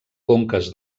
conques